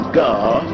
god